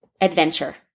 adventure